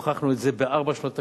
והוכחנו את זה בארבע שנות תקציב: